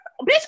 bitch